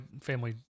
family